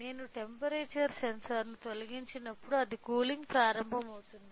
నేను టెంపరేచర్ సెన్సార్ను తొలగించినప్పుడు అది కూలింగ్ ప్రారంభమవుతుంది